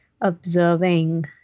observing